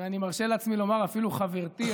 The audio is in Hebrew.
ואני מרשה לעצמי אפילו לומר חברתי,